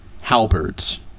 halberds